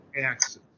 axis